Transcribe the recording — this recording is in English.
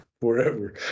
forever